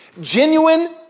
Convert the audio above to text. Genuine